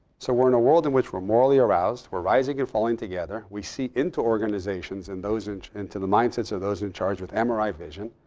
so we're in a world in which we're morally aroused. we're rising and falling together. we see into organizations and into into the mindsets of those in charge with mri vision.